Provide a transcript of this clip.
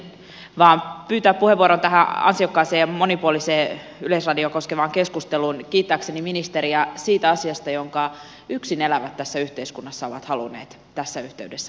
halusin vaan pyytää puheenvuoron tähän ansiokkaaseen ja monipuoliseen yleisradiota koskevaan keskusteluun kiittääkseni ministeriä siitä asiasta jonka yksin elävät tässä yhteiskunnassa ovat halunneet tässä yhteydessä nostaa esiin